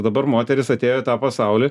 dabar moterys atėjo į tą pasaulį